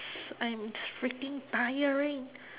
I'm s~ freaking tiring